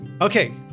Okay